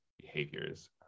behaviors